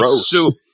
soup